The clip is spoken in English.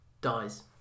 dies